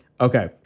Okay